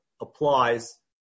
applies